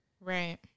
Right